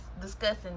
discussing